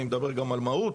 אני מדבר גם על מהות.